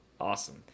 awesome